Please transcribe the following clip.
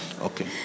Okay